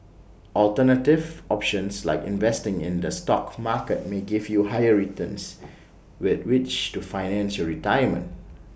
alternative options like investing in the stock market may give you higher returns with which to finance your retirement